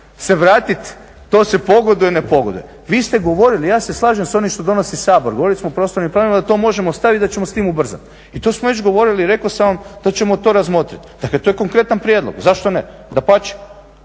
se vratiti to se pogoduje, ne pogoduje. Vi ste govorili, ja se slažem s onim što donosi Sabor, govorili smo o prostornim planovima da to možemo staviti da ćemo s time ubrzati. I to smo već govorili, rekao sam vam da ćemo to razmotriti. Dakle to je konkretan prijedlog zašto ne? Dapače.